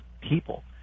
people